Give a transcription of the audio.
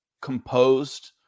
composed